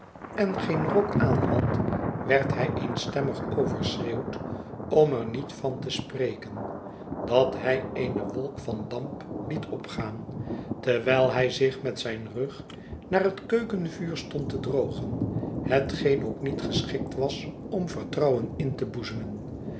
en geen rok aanhad werd hij eenstemmig overschreeuwd om er niet van te spreken dat hij eene wolk van damp liet opgaan terwijl hij zich met zijn rug naar het keukenvuur stond te drogen hetgeen ook niet geschikt was om vertrouwen in te boezemen